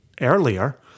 earlier